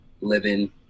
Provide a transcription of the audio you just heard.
living